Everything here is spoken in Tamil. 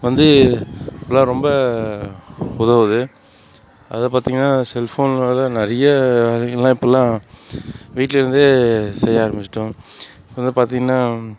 வந்து இப்போலாம் ரொம்ப உதவுது அதாவது பார்த்திங்கன்னா செல்ஃபோன்னால் நிறைய வேலைகள்லாம் இப்போலாம் வீட்லேருந்தே செய்ய ஆரம்பிச்சிட்டோம் இப்போ வந்து பார்த்திங்கன்னா